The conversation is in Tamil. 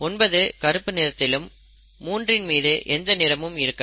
9 கருப்பு நிறத்திலும் 3 இன் மீது எந்த நிறமும் இருக்காது